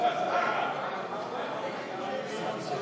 הרווחה והבריאות נתקבלה.